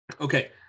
Okay